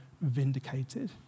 vindicated